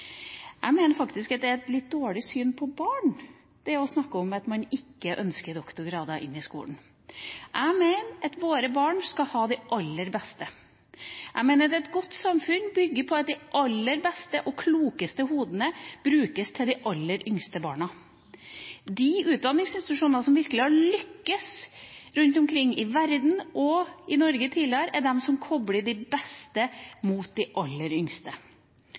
Jeg mener faktisk at det er et litt dårlig syn på barn å snakke om at man ikke ønsker doktorgrader inn i skolen. Jeg mener at våre barn skal ha det aller beste. Jeg mener at et godt samfunn bygger på at de aller beste og klokeste hodene brukes til de aller yngste barna. De utdanningsinstitusjonene som virkelig har lyktes rundt omkring i verden og i Norge tidligere, er de som kobler de beste opp mot de aller yngste.